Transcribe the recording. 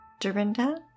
Dorinda